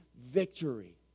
victory